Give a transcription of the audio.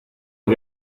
que